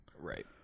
Right